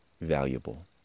valuable